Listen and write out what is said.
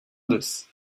this